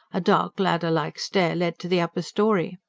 a dark, ladder-like stair led to the upper storey.